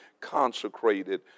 consecrated